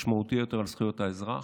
משמעותי יותר על זכויות האזרח,